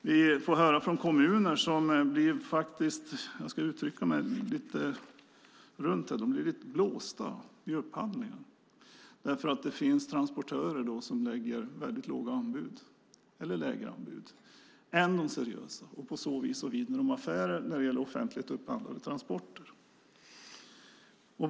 Vi får höra från kommuner som har blivit blåsta i upphandlingar. Det finns transportörer som lägger lägre anbud än de seriösa. På så vis vinner de affärer i fråga om offentligt upphandlade transporter.